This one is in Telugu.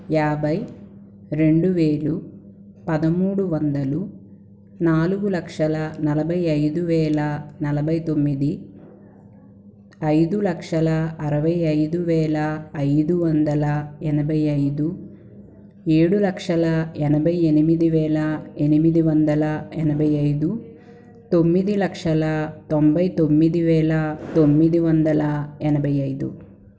యాభై రెండు వేలు పదమూడు వందలు నాలుగు లక్షల నలభై ఐదు వేల నలభై తొమ్మిది ఐదు లక్షల అరవై ఐదు వేల ఐదు వందల ఎనభై ఐదు ఏడు లక్షల ఎనభై ఎనిమిది వేల ఎనిమిది వందల ఎనభై ఐదు తొమ్మిది లక్షల తొంభై తొమ్మిది వేల తొమ్మిది వందల ఎనభై ఐదు